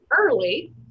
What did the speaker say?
early